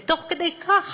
ותוך כדי כך